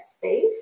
safe